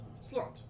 Slant